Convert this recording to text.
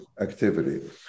activity